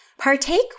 Partake